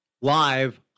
live